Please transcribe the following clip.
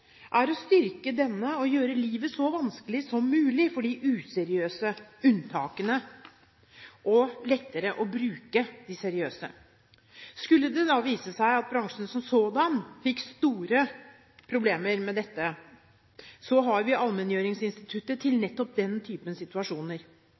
er å styrke denne og gjøre livet så vanskelig som mulig for de useriøse unntakene, og gjøre det lettere å bruke de seriøse. Skulle det vise seg at bransjen som sådan fikk store problemer med dette, har vi allmenngjøringsinstituttet til